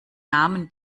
namen